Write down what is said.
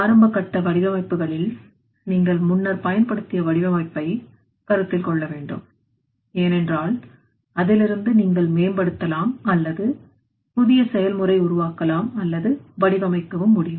ஆரம்பகட்ட வடிவமைப்புகளில் நீங்கள் முன்னர் பயன்படுத்திய வடிவமைப்பை கருத்தில் கொள்ள வேண்டும் ஏனென்றால் அதிலிருந்து நீங்கள் மேம்படுத்தலாம் அல்லது புதிய செயல்முறை உருவாக்கலாம் அல்லது வடிவமைக்க முடியும்